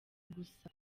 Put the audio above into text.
gusa